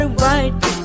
white